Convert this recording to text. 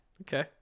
Okay